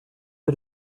que